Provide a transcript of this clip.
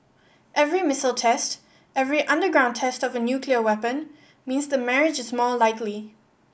every missile test every underground test of a nuclear weapon means the marriage is more likely